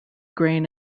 grain